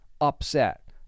upset